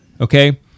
Okay